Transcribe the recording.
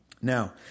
Now